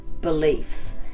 beliefs